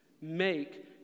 make